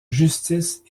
justice